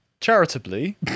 Charitably